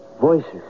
voices